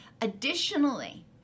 Additionally